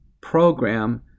program